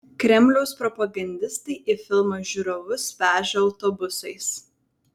kremliaus propagandistai į filmą žiūrovus veža autobusais